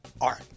art